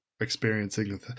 experiencing